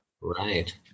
Right